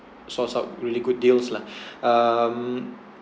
sourced up really good deals lah um